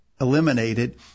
eliminated